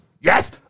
Yes